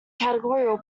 categorical